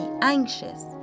anxious